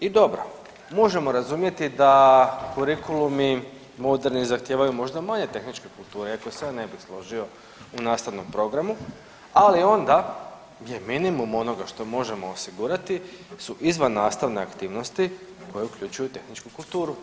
I dobro možemo razumjeti da kurikulumi moderni zahtijevaju možda manje tehničke kulture iako se ja ne bih složio u nastavnom programu, ali onda je minimum onoga što možemo osigurati su izvan nastavne aktivnosti koje uključuju tehničku kulturu.